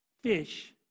fish